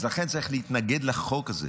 אז לכן צריך להתנגד לחוק הזה